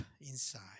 inside